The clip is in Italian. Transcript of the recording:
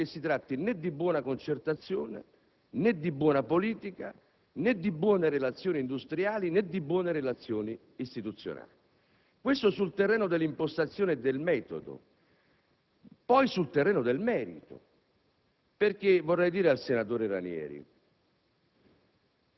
dell'accordo triangolare tra il sindacato, Montezemolo ed il Governo Prodi. Non credo si tratti né di buona concertazione, né di buona politica, né di buone relazioni industriali e, tanto meno, di buone relazioni istituzionali. Questo è quanto sul terreno dell'impostazione e del metodo,